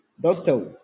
Doctor